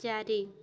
ଚାରି